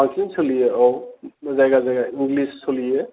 बांसिन सोलियो औ जायगा जायगा इंलिस सोलियो